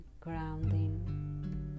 grounding